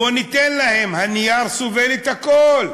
בוא ניתן להם, הנייר סובל את הכול.